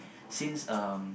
since um